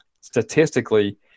statistically